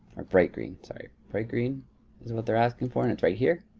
or bright green, sorry. bright green is what they're asking for. and it's right here.